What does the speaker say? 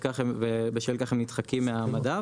ובשל כך הם נדחקים מהמדף.